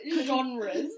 genres